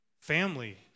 Family